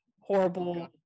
horrible